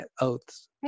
oaths